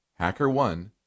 HackerOne